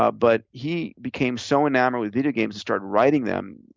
ah but he became so enamored with video games, he started writing them.